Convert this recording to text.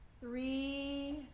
three